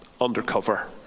undercover